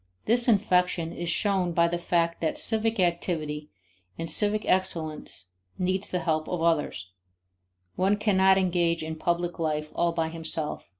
this infection is shown by the fact that civic activity and civic excellence need the help of others one cannot engage in public life all by himself.